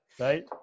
right